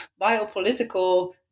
biopolitical